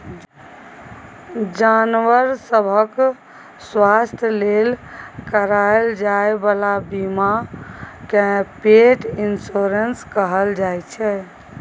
जानबर सभक स्वास्थ्य लेल कराएल जाइ बला बीमा केँ पेट इन्स्योरेन्स कहल जाइ छै